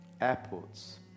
Airports